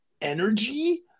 energy